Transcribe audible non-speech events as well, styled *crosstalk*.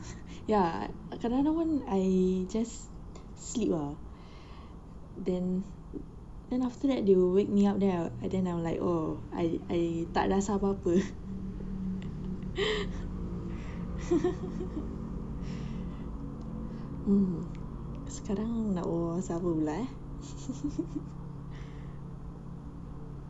ya kadang kadang pun one I just sleep ah then then after that they will wake me up then and then I will like oh I I tak rasa apa-apa *laughs* mm sekarang nak berbual pasal apa pula eh *laughs*